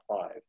five